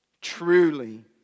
Truly